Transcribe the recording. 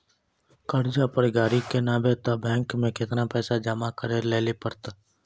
कर्जा पर गाड़ी किनबै तऽ बैंक मे केतना पैसा जमा करे लेली पड़त?